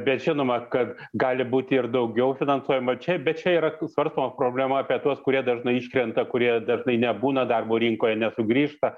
bet žinoma kad gali būti ir daugiau finansuojama čia bet čia yra svarstoma problema apie tuos kurie dažnai iškrenta kurie dažnai nebūna darbo rinkoje nesugrįžta